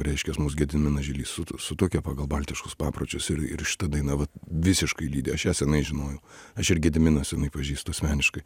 reiškias mus gediminas žilys sutuokė pagal baltiškus papročius ir ir šita daina visiškai lydi aš ją senai žinojau aš ir gediminą senai pažįstu asmeniškai